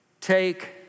take